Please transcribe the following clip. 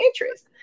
interest